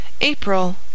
April